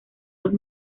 los